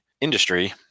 industry